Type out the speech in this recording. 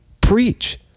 preach